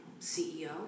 CEO